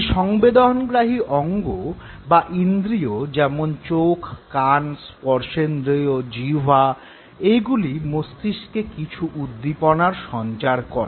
এই সংবেদনগ্রাহী অঙ্গ বা ইন্দ্রিয় যেমন চোখ কান স্পর্শেন্দ্রিয় জিহ্বা - এইগুলি মস্তিষ্কে কিছু উদ্দীপনার সঞ্চার করে